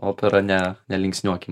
opera ne nelinksniuokim